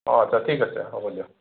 অ' আচ্ছা ঠিক আছে হ'ব দিয়ক